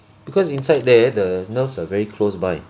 because inside there the nerves are very close by